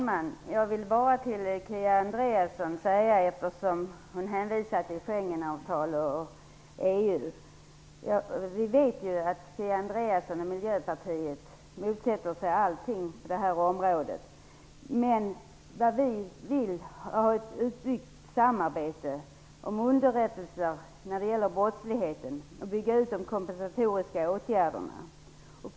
Fru talman! Kia Andreasson hänvisar till Schengenavtalet och EU. Vi vet ju att Kia Andreasson och Miljöpartiet motsätter sig allting på det området. Vi vill ha ett utbyggt samarbete om underrättelser när det gäller brott och bygga ut de kompensatoriska åtgärderna.